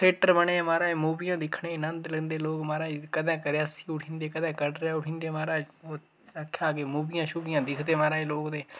theatre बने दे महाराज मूवियां दिक्खना गी नंद लैंदे लोक महाराज कदें रेयासी उठी जंदे लोक कदें कटरा उठी जदें महाराज तुसेंगी आखेआ गी मूवियां शूवियां दिखदे महाराज लोक ते